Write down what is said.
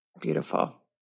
Beautiful